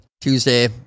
Tuesday